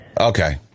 Okay